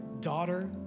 daughter